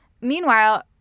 Meanwhile